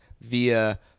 via